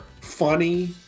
funny